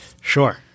Sure